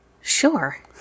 Sure